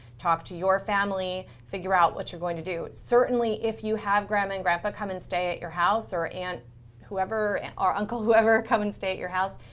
talk to your family. figure out what you're going to do. certainly, if you have grandma and grandpa come and stay at your house or aunt whoever and or uncle whoever come and stay at your house,